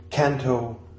Canto